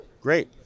Great